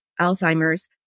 Alzheimer's